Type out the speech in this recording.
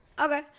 Okay